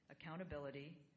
accountability